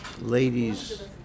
ladies